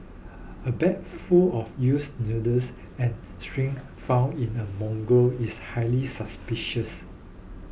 a bag full of used needles and syringes found in a mangrove is highly suspicious